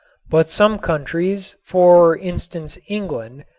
but some countries, for instance england,